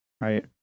right